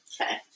Okay